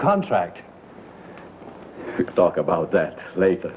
contract talk about that later